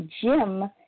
Jim